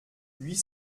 huit